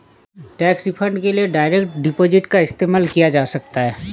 tax refund के लिए direct deposit का इस्तेमाल किया जा सकता हैं